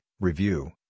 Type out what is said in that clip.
review